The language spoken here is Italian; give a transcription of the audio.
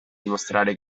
dimostrare